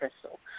Crystal